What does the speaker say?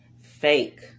Fake